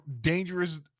dangerous